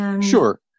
Sure